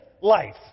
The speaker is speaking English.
life